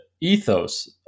ethos